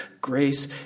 grace